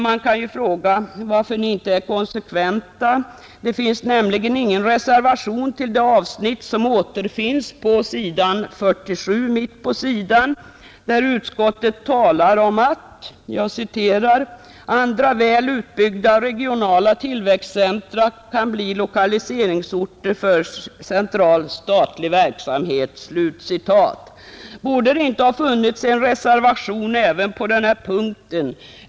Man kan ju fråga varför ni inte är konsekventa, Det finns nämligen ingen reservation till avsnittet mitt på s. 47, där bl.a. utskottet talar om att ”andra väl utbyggda regionala tillväxtcentra kan bli lokaliseringsorter för central statlig verksamhet”. Borde det inte ha funnits en reservation även på den här punkten?